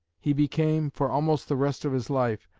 he became, for almost the rest of his life,